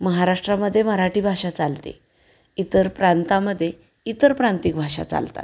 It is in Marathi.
महाराष्ट्रामध्ये मराठी भाषा चालते इतर प्रांतामध्ये इतर प्रांतिक भाषा चालतात